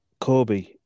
Kobe